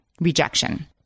rejection